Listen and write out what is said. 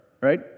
right